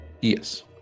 Yes